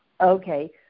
okay